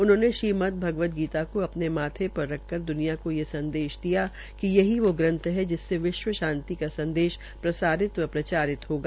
उन्होंने श्रीमद भगवतगीता को अपने माथे पर रख कर द्वनिया को ये संदेश दिया कि यहीं वो ग्रंथ है जिससे विश्व शांति का संदेश प्रसारित व प्रचारित होगा